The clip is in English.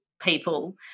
people